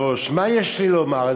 גברתי היושבת-ראש, מה יש לי לומר?